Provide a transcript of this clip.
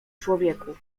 człowieku